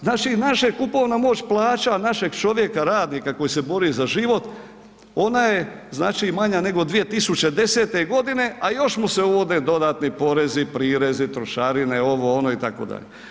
Znači naši, kupovna moć plaća od našeg čovjeka, radnika koji se bori za život ona je manja nego 2010. godine, a još mu se uvode dodatni porezi, prirezi, trošarine ovo ono itd.